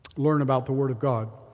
learn about the word of god.